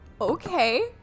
okay